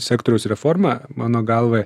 sektoriaus reformą mano galva